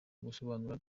gusobanura